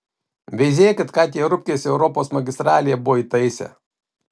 veizėkit ką tie rupkės europos magistralėje buvo įtaisę